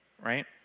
right